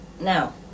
now